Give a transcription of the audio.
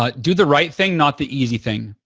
ah do the right thing, not the easy thing.